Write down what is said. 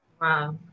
Wow